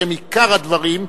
שהם עיקר הדברים,